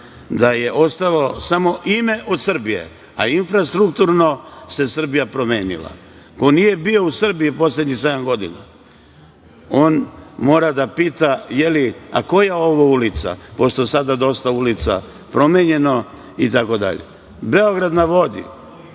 da je ostalo samo ime od Srbije, a infrastrukturno se Srbija promenila. Ko nije bio u Srbiji poslednjih sedam godina on mora da pita – je li, a koja je ovo ulica, pošto je sada dosta ulica promenjeno itd?„Beograd na vodi“,